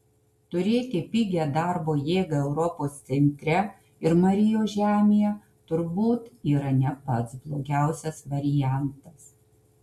turėti pigią darbo jėgą europos centre ir marijos žemėje turbūt yra ne pats blogiausias variantas